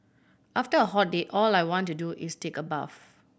after a hot day all I want to do is take a bath